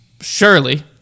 surely